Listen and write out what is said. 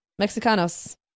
Mexicanos